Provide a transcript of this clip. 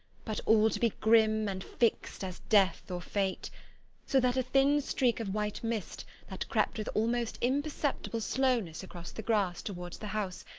but all to be grim and fixed as death or fate so that a thin streak of white mist, that crept with almost imperceptible slowness across the grass towards the house,